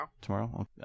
tomorrow